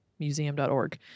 Museum.org